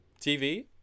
TV